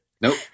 Nope